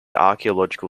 archaeological